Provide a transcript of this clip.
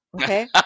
Okay